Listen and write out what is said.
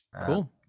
Cool